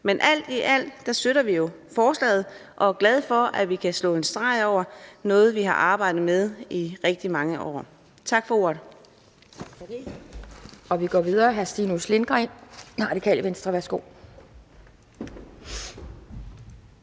Men alt i alt støtter vi jo forslaget og er glade for, at vi kan sætte flueben ved noget, som vi har arbejdet med i rigtig mange år. Tak for ordet.